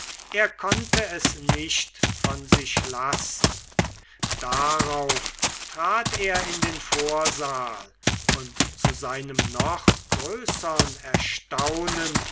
er konnte es nicht von sich lassen darauf trat er in den vorsaal und zu seinem noch größern erstaunen